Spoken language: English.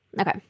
Okay